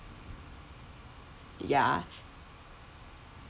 ya